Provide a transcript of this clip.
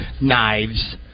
knives